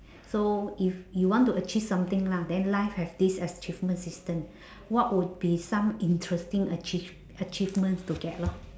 so if you want to achieve something lah then life have this achievement system what would be some interesting achieve~ achievements to get lor